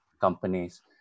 companies